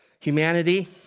humanity